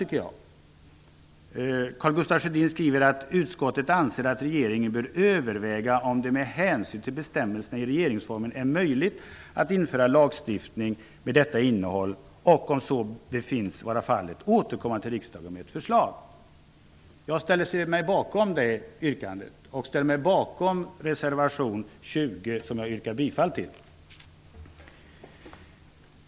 I reservationen står det: ''Utskottet anser att regeringen bör överväga om det med hänsyn till bestämmelserna i regeringsformen är möjligt att införa lagstiftning med detta innehåll och, om så befinns vara fallet, återkomma till riksdagen med ett förslag.'' Jag ställer mig bakom detta liksom reservation nr 20, vilken jag yrkar bifall till.